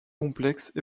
complexe